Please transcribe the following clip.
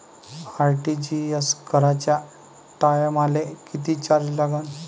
RTGS कराच्या टायमाले किती चार्ज लागन?